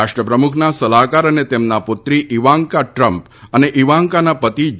રાષ્ટ્ર પ્રમુખના સલાહકાર અને તેમના પુત્રી ઈવાન્કા ટ્રમ્પ અને ઈવાન્કાના પતિ જે